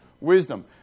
wisdom